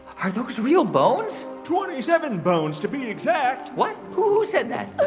are those real bones? twenty-seven bones, to be exact what? who said that?